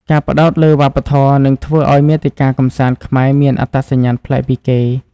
ការផ្តោតលើវប្បធម៌ នឹងធ្វើឱ្យមាតិកាកម្សាន្តខ្មែរមានអត្តសញ្ញាណប្លែកពីគេ។